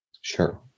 Sure